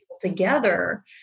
together